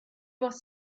was